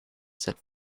set